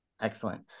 Excellent